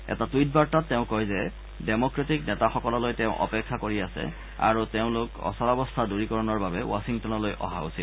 এটা টুইট বাৰ্তাত তেওঁ কয় যে ডেম'ক্ৰেটিক নেতাসকললৈ তেওঁ অপেক্ষা কৰি আছে আৰু তেওঁলোক অচলাৱস্থা দূৰীকৰণৰ বাবে ৱাখিংটনলৈ অহা উচিত